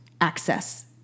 access